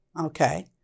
Okay